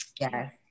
Yes